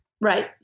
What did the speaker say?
Right